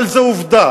אבל זו עובדה.